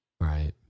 Right